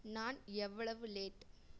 நான் எவ்வளவு லேட்